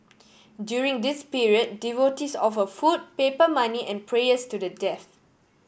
during this period devotees offer food paper money and prayers to the death